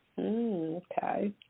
Okay